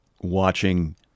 watching